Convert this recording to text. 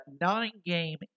nine-game